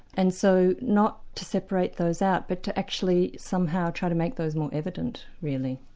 and so not to separate those out, but to actually somehow try to make those more evident, really.